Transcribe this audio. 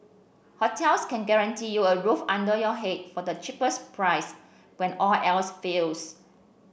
hostels can guarantee you a roof under your head for the cheapest price when all else fails